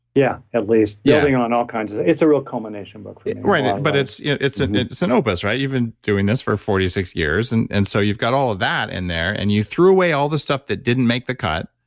yeah. at least, building on all kinds of. it's a real combination book and right now, but it's it's an it's an opus, right? you've been doing this for forty six years and and so you've got all of that in there and you threw away all the stuff that didn't make the cut,